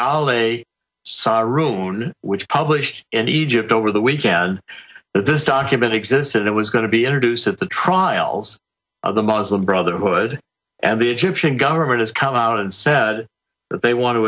room which published in egypt over the weekend that this document existed it was going to be introduced at the trials of the muslim brotherhood and the egyptian government has come out and said that they want to